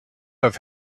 have